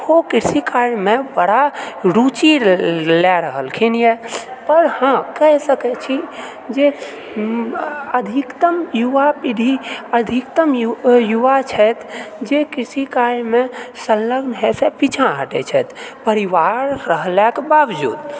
ओहो कृषि कार्यमे बड़ा रुचि लै रहलखिन यऽ पर हँ कहि सकैत छी जे अधिकतम युवा पीढ़ी अधिकतम युवा छथि जे कृषि कार्यमे सङ्लग्न होयसँ पीछाँ हटैत छथि परिवार रहलाक बावजूद